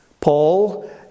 Paul